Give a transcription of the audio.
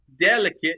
delicate